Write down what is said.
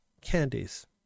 candies